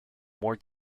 more